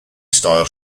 style